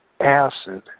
acid